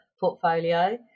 portfolio